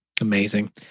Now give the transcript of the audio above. Amazing